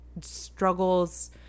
Struggles